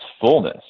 fullness